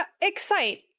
Excite